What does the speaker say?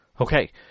okay